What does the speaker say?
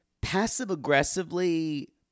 passive-aggressively